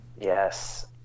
yes